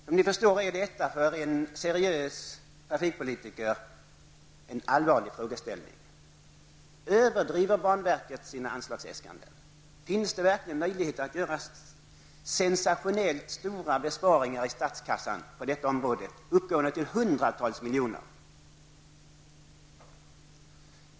Som ni förstår är detta för en seriös trafikpolitiker en allvarlig fråga. Överdriver banverket sina anslagsäskanden? Finns det verkligen möjligheter att göra sensationellt stora besparingar i statskassan, besparingar på hundratals miljoner kronor?